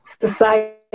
society